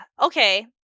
okay